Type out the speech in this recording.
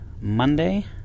Monday